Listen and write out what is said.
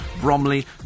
Bromley